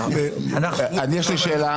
--- יש לי שאלה.